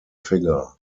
figure